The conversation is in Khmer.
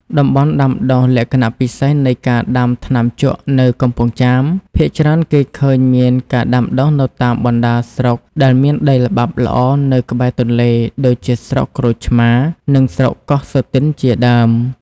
តំបន់ដាំដុះ លក្ខណៈពិសេសនៃការដាំថ្នាំជក់នៅកំពង់ចាម ភាគច្រើនគេឃើញមានការដាំដុះនៅតាមបណ្តាស្រុកដែលមានដីល្បាប់ល្អនៅក្បែរទន្លេ ដូចជាស្រុកក្រូចឆ្មារ និងស្រុកកោះសូទិនជាដើម។